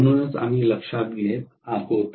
म्हणूनच आम्ही लक्षात घेत आहोत